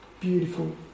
Beautiful